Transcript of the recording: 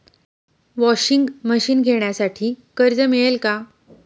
Washing machine घेण्यासाठी कर्ज मिळेल का?